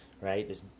right